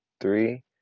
three